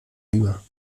über